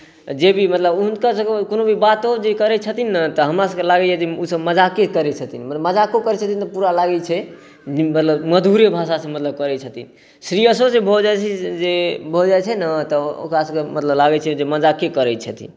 जेभी मतलब हुनकरसभके कोनो भी बातो जे करैत छथिन ने तऽ हमरासभके लगैए जे मजाके करैत छथिन मजाको करैत छथिन तऽ पूरा लगैत छै जे मधुरे भाषासँ मतलब करैत छथिन सीरियसो जे भऽ जाइत छै जे भऽ जाइत छै ने तऽ ओकरासभके मतलब लागैत छै जे मजाके करैत छथिन